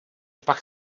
pak